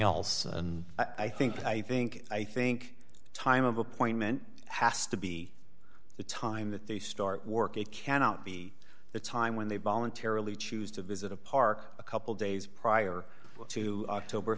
else and i think i think i think time of appointment has to be the time that they start work it cannot be the time when they voluntarily choose to visit a park a couple days prior to october